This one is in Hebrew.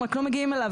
הם רק לא מגיעים אליו.